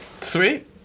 Sweet